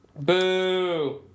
Boo